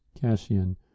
Cassian